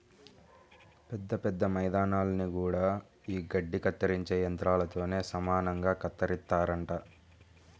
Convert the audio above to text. పెద్ద పెద్ద మైదానాల్ని గూడా యీ గడ్డి కత్తిరించే యంత్రాలతోనే సమానంగా కత్తిరిత్తారంట